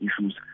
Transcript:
issues